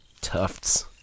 tufts